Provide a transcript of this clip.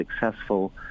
successful